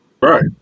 Right